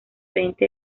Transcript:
veinte